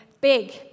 big